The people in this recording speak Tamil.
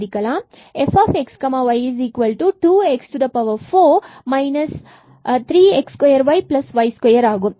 இங்கு fxy2x4 3x2yy2 ஆகும்